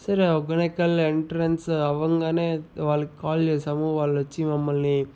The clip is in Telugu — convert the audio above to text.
సరే హౌగనికల్ ఎంట్రన్స్ అవగానే వాళ్ళకి కాల్ చేసాము వాళ్ళు వచ్చి మమ్మల్ని